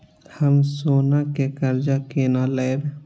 हम सोना से कर्जा केना लैब?